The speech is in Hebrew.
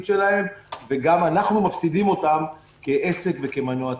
שלהם ואנחנו גם מפסידים אותם כעסק וכמנוע צמיחה.